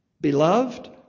Beloved